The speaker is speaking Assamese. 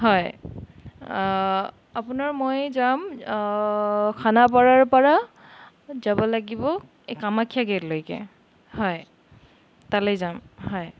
হয় আপোনাৰ মই যাম খানাপাৰাৰপৰা যাব লাগিব এই কামাখ্যা গেটলৈকে হয় তালেই যাম হয়